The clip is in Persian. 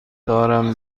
دارم